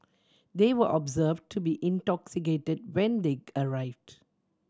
they were observed to be intoxicated when they arrived